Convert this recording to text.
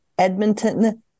Edmonton